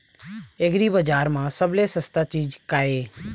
एग्रीबजार म सबले सस्ता चीज का ये?